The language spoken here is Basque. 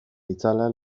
itzala